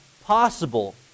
possible